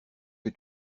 que